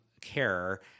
care